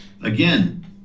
again